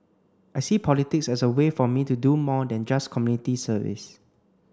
I see politics as a way for me to do more than just community service